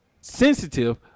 sensitive